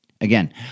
Again